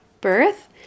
birth